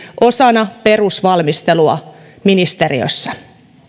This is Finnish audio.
osana perusvalmistelua ministeriössä